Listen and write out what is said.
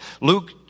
Luke